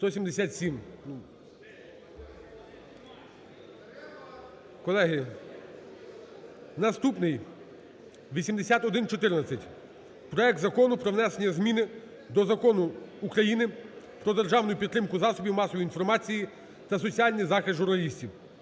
Колеги, наступний 8114: проект Закону про внесення зміни до Закону України "Про державну підтримку засобів масової інформації та соціальний захист журналістів"